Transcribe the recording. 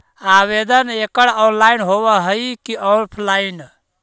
आवेदन एकड़ ऑनलाइन होव हइ की ऑफलाइन?